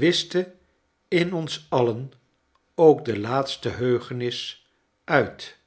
wischte in ons alien ook de laatste heugenis uit